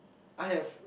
I have